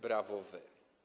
Brawo wy.